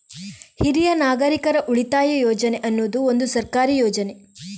ಹಿರಿಯ ನಾಗರಿಕರ ಉಳಿತಾಯ ಯೋಜನೆ ಅನ್ನುದು ಒಂದು ಸರ್ಕಾರಿ ಯೋಜನೆ